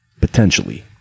potentially